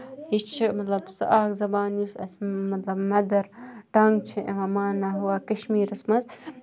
یہِ چھُ مطلب سۄ اکھ زَبان یُس اَسہِ مطلب مَدر ٹَنگ چھُ یِوان ماننہٕ کَشمیٖرَس منٛز